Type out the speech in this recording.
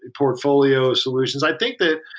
portfolio solutions. i think that